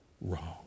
wrong